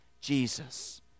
Jesus